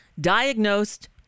diagnosed